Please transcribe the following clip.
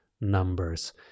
numbers